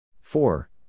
Four